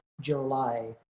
July